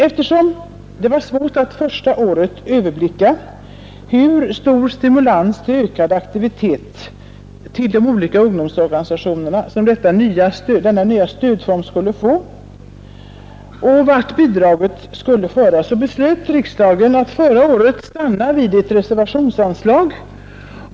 Eftersom det var svårt att första året överblicka hur stor stimulans till ökad aktivitet inom de olika ungdomsorganisationerna som den nya stödformen skulle ge och vart bidraget skulle föra, beslöt riksdagen att förra året stanna vid ett reservationsanslag.